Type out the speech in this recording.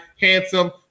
handsome